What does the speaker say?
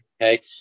okay